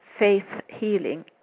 faithhealing